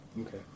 Okay